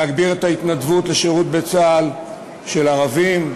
להגביר את ההתנדבות לשירות בצה"ל של ערבים.